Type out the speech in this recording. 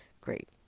great